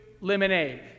lemonade